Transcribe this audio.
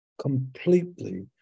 completely